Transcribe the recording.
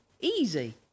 Easy